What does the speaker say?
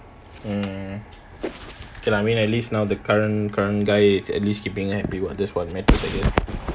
mm okay lah I mean at least now the current current guy at least keeping her happy [what] that's what all that matters